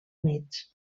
units